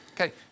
Okay